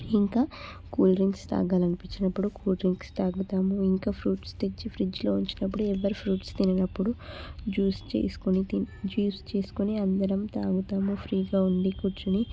ఇంకా cool drinks తాగాలనిపించినప్పుడు cool drinks తాగుతాము ఇంకా ఫ్రూట్స్ తెచ్చి ఫ్రిజ్లో ఉంచినప్పుడు ఎవరు ఫ్రూట్స్ తిననప్పుడు జ్యూస్ తీసుకుని జ్యూస్ చేసుకుని అందరం తాగుతాము ఫ్రీగా ఉండి కూర్చుని